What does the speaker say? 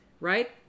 right